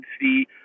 see